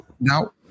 now